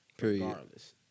regardless